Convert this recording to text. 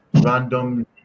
random